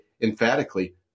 emphatically